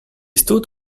stood